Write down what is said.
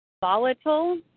volatile